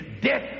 death